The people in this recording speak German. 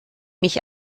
mich